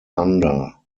thunder